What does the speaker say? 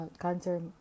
cancer